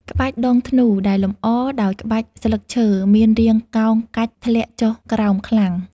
ក្បាច់ដងធ្នូដែលលម្អ ដោយក្បាច់ស្លឹកឈើមានរាងកោងកាច់ធ្លាក់ចុះក្រោមខ្លាំង។